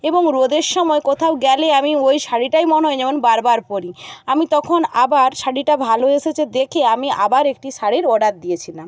এবং রোদের সময় কোথাও গেলে আমি ওই শাড়িটাই মনে হয় যেমন বারবার পরি আমি তখন আবার শাড়িটা ভালো এসেছে দেখে আমি আবার একটি শাড়ির অর্ডার দিয়েছিলাম